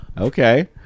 okay